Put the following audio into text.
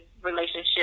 relationship